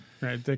Right